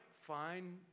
find